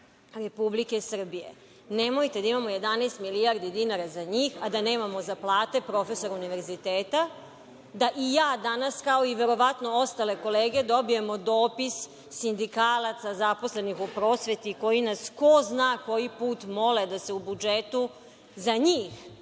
Republike Srbije. Nemojte da imamo 11 milijardi dinara za njih, a da nemamo za plate profesora univerziteta, da i ja danas, kao verovatno ostale kolege dobijemo dopis sindikalaca zaposlenih u prosveti koji nas ko zna koji put mole da se u budžetu za njih